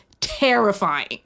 terrifying